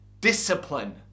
Discipline